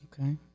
Okay